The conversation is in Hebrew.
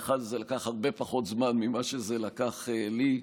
לך זה לקח הרבה פחות זמן ממה שזה לקח לי.